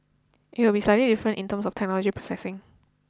it would be slightly different in terms of technology processing